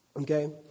Okay